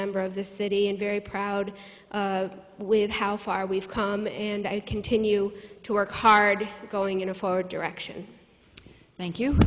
member of this city and very proud with how far we've come and i continue to work hard going in a forward direction thank you